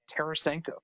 Tarasenko